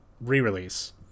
re-release